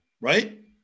right